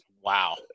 Wow